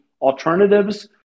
alternatives